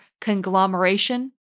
conglomeration